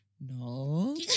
no